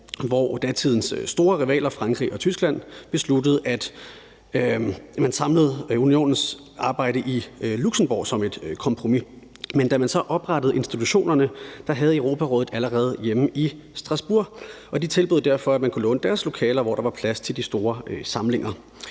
hvor datidens store rivaler, Frankrig og Tyskland, besluttede at samle Unionens arbejde i Luxembourg som et kompromis. Men da man så oprettede institutionerne, havde Europarådet allerede hjemme i Strasbourg, og de tilbød derfor, at man kunne låne deres lokaler, hvor der var plads til de store samlinger.